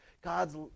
God's